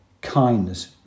kindness